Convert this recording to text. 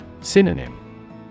Synonym